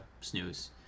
snooze